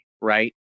right